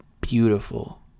beautiful